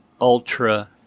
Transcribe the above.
ultra